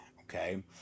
Okay